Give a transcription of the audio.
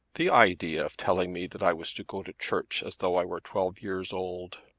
the idea of telling me that i was to go to church as though i were twelve years old!